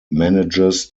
manages